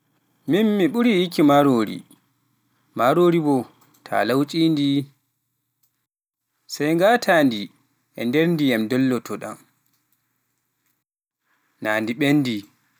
Miin mi ɓurii yikki maaroori, maaroori boo to lawƴiindi sey ngaataa-ndi, e nder ndiyam dollotooɗam naa ndi ɓenndii